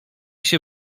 się